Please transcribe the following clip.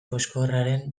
koxkorraren